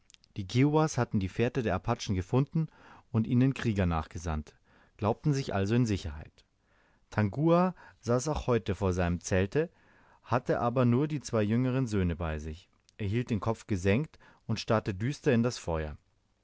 die kiowas hatten die fährte der apachen gefunden und ihnen krieger nachgesandt glaubten sich also in sicherheit tangua saß auch heut vor seinem zelte hatte aber nur die zwei jüngeren söhne bei sich er hielt den kopf gesenkt und starrte düster in das feuer